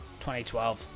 2012